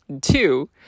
Two